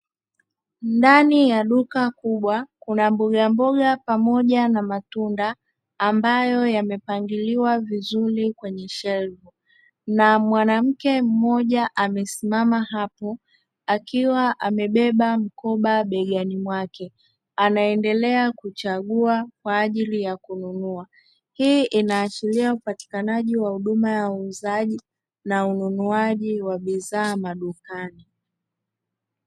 Ndani ya duka kubwa kuna mboga mboga pamoja na matunda ambayo yamepangiliwa vizuri kwenye shelfu na mwanamke mmoja amesimama hapo akiwa amebeba mkoba begani mwake, anaendelea kuchagua kwa ajili ya kununua; hii inaashiria upatikanaji wa huduma ya uuzaji na ununuaji wa bidhaa madukani.